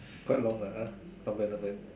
quite long ah !huh! not bad not bad